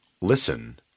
Listen